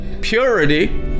Purity